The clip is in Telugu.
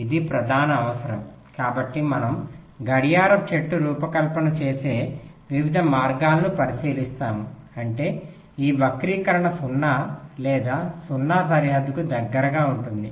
ఇది ప్రధాన అవసరం కాబట్టి మనము గడియార చెట్టును రూపకల్పన చేసే వివిధ మార్గాలను పరిశీలిస్తాము అంటే ఈ వక్రీకరణ 0 లేదా 0 సరిహద్దుకు దగ్గరగా ఉంటుంది